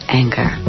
anger